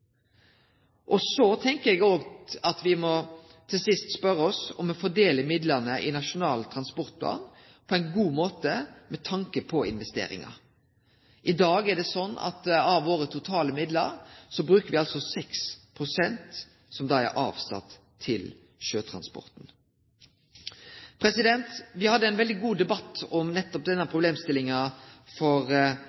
dag. Så tenkjer eg òg at me til sist må spørje oss om me fordeler midlane i Nasjonal transportplan på ein god måte med tanke på investeringar. I dag er det slik at av våre totale midlar er 6 pst. avsett til sjøtransporten. Me hadde ein veldig god debatt om nettopp denne